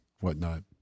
Whatnot